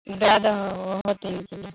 दै दहो ओहो तीन किलो